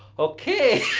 okay,